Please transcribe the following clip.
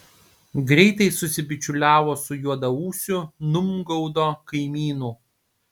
greitai susibičiuliavo su juodaūsiu numgaudo kaimynu